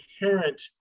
inherent